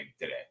today